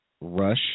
rush